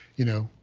you know,